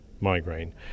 Migraine